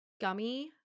gummy